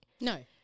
No